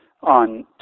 on